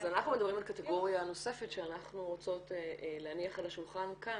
אנחנו מדברים על קטגוריה נוספת שאנחנו רוצות להניח על השולחן כאן,